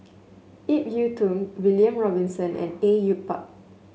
Ip Yiu Tung William Robinson and Au Yue Pak